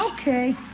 Okay